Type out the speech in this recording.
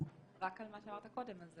על מה שאמרת קודם,